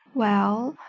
well,